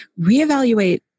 reevaluate